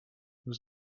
was